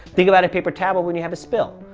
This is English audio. think about a paper towel when you have a spill.